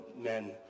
men